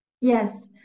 Yes